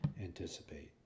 anticipate